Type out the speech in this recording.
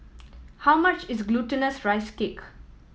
how much is Glutinous Rice Cake